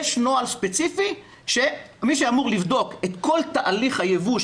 יש נוהל ספציפי שמי שאמור לבדוק את כל תהליך הייבוא,